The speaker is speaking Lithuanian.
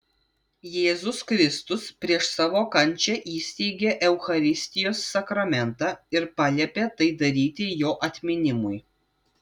jėzus kristus prieš savo kančią įsteigė eucharistijos sakramentą ir paliepė tai daryti jo atminimui